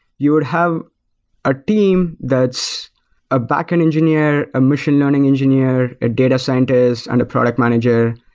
you would have a team that's a backend engineer, a machine learning engineer, a data scientist and a product manager.